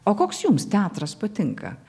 o koks jums teatras patinka